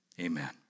Amen